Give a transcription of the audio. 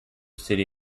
city